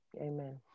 amen